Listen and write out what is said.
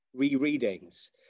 rereadings